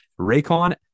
Raycon